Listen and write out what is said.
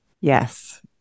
Yes